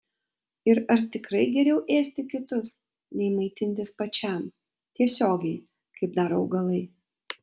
ir ar tikrai geriau ėsti kitus nei maitintis pačiam tiesiogiai kaip daro augalai